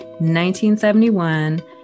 1971